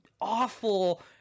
awful